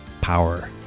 Power